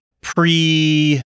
pre